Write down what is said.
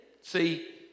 see